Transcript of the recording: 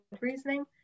reasoning